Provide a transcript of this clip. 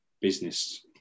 business